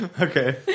okay